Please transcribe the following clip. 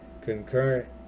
concurrent